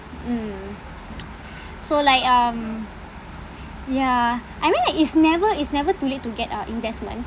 mm so like um ya I mean like it's never it's never too late to get uh investment